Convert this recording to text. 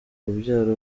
urubyaro